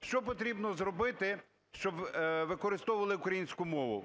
Що потрібно зробити, щоб використовували українську мову?